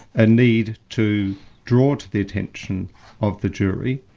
a need to draw to the attention of the jury,